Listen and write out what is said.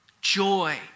joy